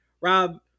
Rob